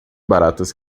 baratas